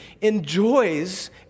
enjoys